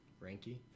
Ranky